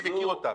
אני מכיר אותם.